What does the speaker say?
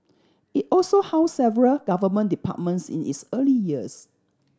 it also housed several Government departments in its early years